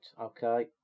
okay